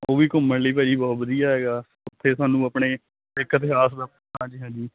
ਉਹ ਵੀ ਘੁੰਮਣ ਲਈ ਭਾਜੀ ਬਹੁਤ ਵਧੀਆ ਹੈਗਾ ਉੱਥੇ ਸਾਨੂੰ ਆਪਣੇ ਇੱਕ ਇਤਿਹਾਸ ਹਾਂਜੀ ਹਾਂਜੀ